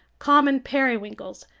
common periwinkles,